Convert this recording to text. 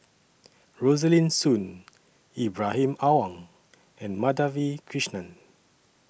Rosaline Soon Ibrahim Awang and Madhavi Krishnan